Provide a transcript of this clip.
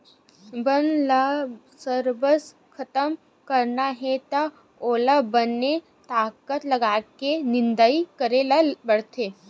बन ल सरबस खतम करना हे त ओला बने ताकत लगाके निंदई करे ल परथे